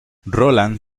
roland